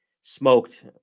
smoked